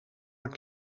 haar